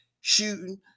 shooting